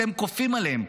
אתם כופים עליהם,